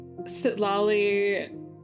Sitlali